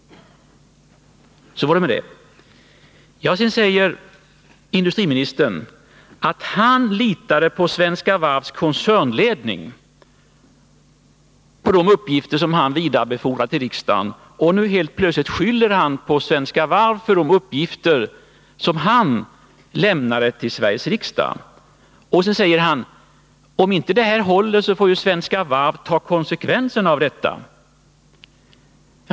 Så var det med det. Industriministern säger vidare att han litade på Svenska Varvs koncernledning när det gällde de uppgifter som han vidarebefordrade till riksdagen. Därför lägger han nu skulden på Svenska Varv för de uppgifter som han lämnade till Sveriges riksdag. Sedan säger han: Om inte det här håller får ju Svenska Varv ta konsekvenserna av det.